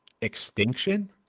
extinction